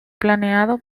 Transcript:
planeado